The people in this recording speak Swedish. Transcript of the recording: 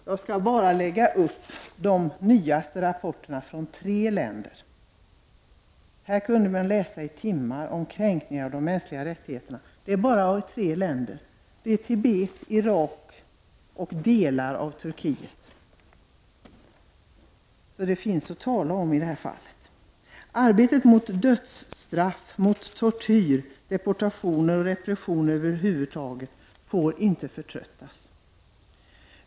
Jag skall här visa upp bara de nyaste rapporterna från tre länder. Här skulle man kunna läsa i timmar om kränkningar av de mänskliga rättigheterna, och det här är rapporter från bara tre länder: Tibet, Irak och delar av Turkiet. Det finns alltså saker att tala om i det här fallet. Arbetet mot dödsstraff, mot tortyr, deportationer och repression över huvud taget får inte förtröttas.